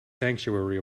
sanctuary